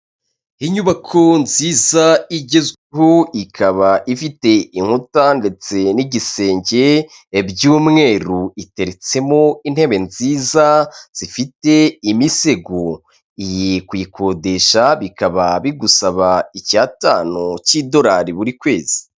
Inyubako nziza igezweho ikaba ifite inkuta ndetse n'igisenge by'umweru, iteretsemo intebe nziza zifite imisego. Iyi kuyikodesha bikaba bigusaba icyatanu cy'idolari buri kwezi.